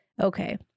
okay